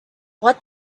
what